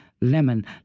Lemon